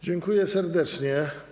Dziękuję serdecznie.